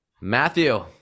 Matthew